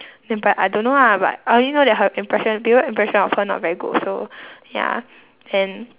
then but I don't know ah but I only know that her impression people impression of her not very good also ya then